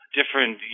different